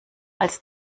als